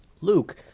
Luke